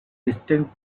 distinct